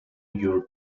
your